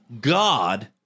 God